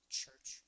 church